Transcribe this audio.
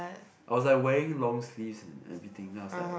I was like wearing long sleeves and everything then I was like